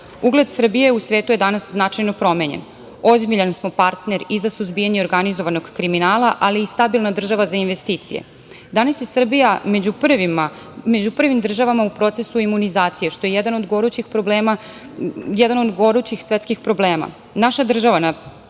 Srbiji u svetu je danas značajno promenjen, ozbiljan smo partner i za suzbijanje organizovanog kriminala, ali i stabilna država za investicije. Danas je Srbija među prvim državama u procesu imunizacije, što je jedan od gorućih svetskih problema.